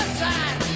side